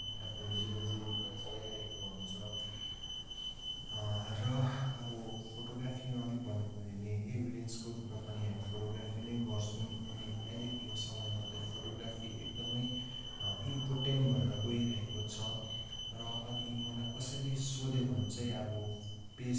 आफ्नो जीवन जीविका चलाइरहेको हुन्छ र अब फोटोग्राफीमा अलिक भन्नु पऱ्यो भने ऐभिडेन्सको रूपमा पनि हामी फोटोग्राफी नै गर्छौँ अनि अहिलेको यो समयमा त फोटोग्राफी एकदमै इम्पोर्टेन्ट भएर गइरहेको छ र अनि मलाई कसैले सोध्यो भने चाहिँ अब पेसा